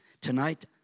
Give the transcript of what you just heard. Tonight